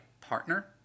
partner